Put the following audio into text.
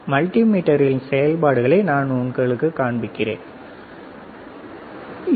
மல்டிமீட்டரின் செயல்பாடுகளை நான் உங்களுக்குக் காண்பிக்கிறேன் சரியா